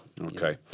okay